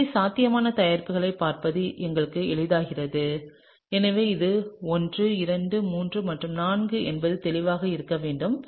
எனவே சாத்தியமான தயாரிப்புகளைப் பார்ப்பது எங்களுக்கு எளிதாகிறது எனவே இது 1 2 3 மற்றும் 4 என்பது தெளிவாக இருக்க வேண்டும்